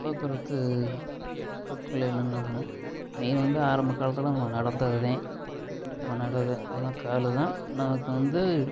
போக்குவரத்து பொருட்கள் என்னென்ன அப்புட்னா மெயின் வந்து ஆரம்பக் காலத்தில் நம்ம நடந்ததுதேன் நம்ம நடந்தது நம்ம காலு தான் நமக்கு வந்து